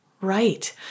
Right